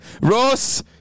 Ross